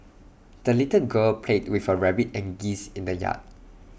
the little girl played with her rabbit and geese in the yard